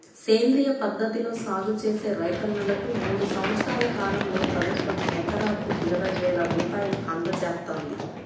సేంద్రియ పద్ధతిలో సాగు చేసే రైతన్నలకు మూడు సంవత్సరాల కాలంలో ప్రభుత్వం ఎకరాకు ఇరవై వేల రూపాయలు అందజేత్తంది